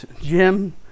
Jim